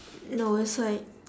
no it's like